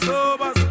Sober